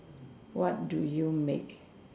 what do you make